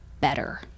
better